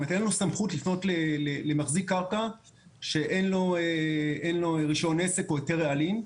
אין לנו סמכות לפנות למחזיק קרקע שאין לו רישיון עסק או היתר רעלים.